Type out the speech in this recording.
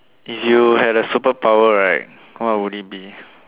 if you had a superpower right what would it be